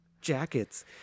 jackets